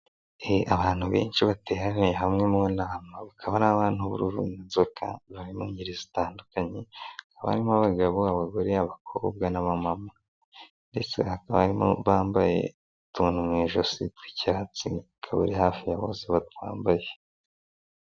Abantu benshi bateraniye hamwe mu nama, hakaba n'abantu b'uruvunganzoka bari mu ngeri zitandukanye, abarimo abagabo abagore abakobwa n'abamama, ndetse hakaba harimo abambaye utuntu mu ijosi tw'icyatsiba hafi ya bose batwambaye.